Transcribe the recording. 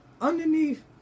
underneath